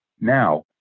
Now